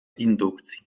indukcji